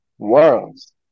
worlds